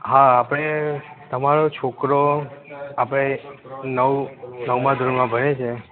હા આપણે તમારો છોકરો આપણે નવ નવમા ધોરણમાં ભણે છે